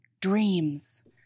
dreams